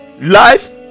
Life